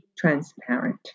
transparent